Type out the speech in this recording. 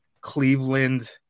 Cleveland